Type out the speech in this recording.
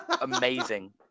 amazing